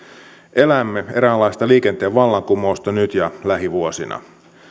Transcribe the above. elämme eräänlaista liikenteen vallankumousta nyt ja lähivuosina